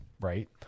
right